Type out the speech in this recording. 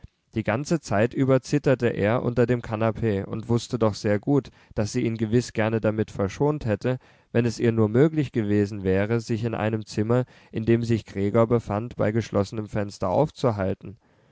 die ganze zeit über zitterte er unter dem kanapee und wußte doch sehr gut daß sie ihn gewiß gerne damit verschont hätte wenn es ihr nur möglich gewesen wäre sich in einem zimmer in dem sich gregor befand bei geschlossenem fenster aufzuhalten